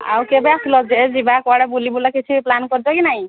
ଆଉ କେବେ ଆସିଲା ଯେ ଯିବା କୁଆଡ଼େ ବୁଲିବୁଲା କିଛି ପ୍ଲାନ୍ କରିଛ କି ନାହିଁ